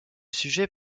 sujet